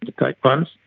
type one,